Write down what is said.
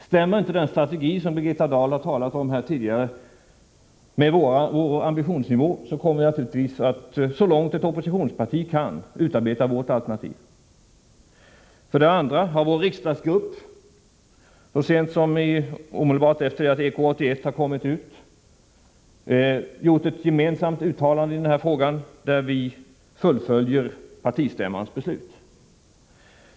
Stämmer inte den strategi som Birgitta Dahl här tidigare talade om med vår ambitionsnivå kommer vi naturligtvis att, så långt ett oppositionsparti kan, utarbeta vårt alternativ. För det andra har vår riksdagsgrupp så sent som omedelbart efter det att EK 81 hade kommit ut gjort ett uttalande i den här frågan där vi fullföljer partistämmans beslut.